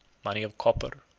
money of copper,